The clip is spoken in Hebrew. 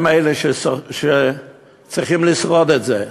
הם אלה שצריכים לשרוד את זה.